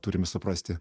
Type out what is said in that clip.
turim suprasti